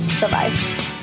Bye-bye